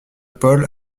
paul